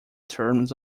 terms